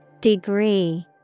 Degree